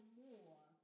more